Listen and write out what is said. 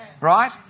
Right